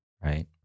right